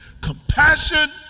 compassion